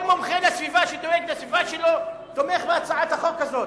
כל מומחה סביבה שדואג לסביבה שלו תומך בהצעת החוק הזאת.